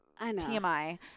TMI